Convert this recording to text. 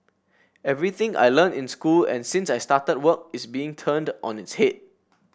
everything I learnt in school and since I started work is being turned on its head